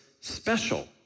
special